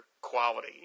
quality